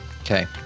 Okay